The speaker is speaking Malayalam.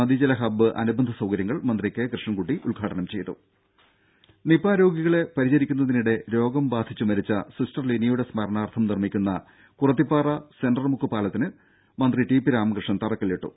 നദീജല ഹബ്ബ് അനുബന്ധ സൌകര്യങ്ങൾ മന്ത്രി കെ കൃഷ്ണൻ കുട്ടി ഉദ്ഘാടനം ചെയ്തു ദേദ നിപ രോഗികളെ പരിചരിക്കുന്നതിനിടെ രോഗം ബാധിച്ച് മരിച്ച സിസ്റ്റർ ലിനിയുടെ സ്മരാണാർത്ഥം നിർമ്മിക്കുന്ന കുറത്തിപ്പാറ സെന്റർമുക്ക് പാലത്തിന് മന്ത്രി ടി പി രാമകൃഷ്ണൻ തറക്കല്ലിട്ടു